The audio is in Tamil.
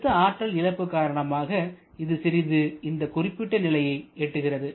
அழுத்த ஆற்றல் இழப்பு காரணமாக இது சிறிது நகர்ந்து இந்த குறிப்பிட்ட நிலையை எட்டுகிறது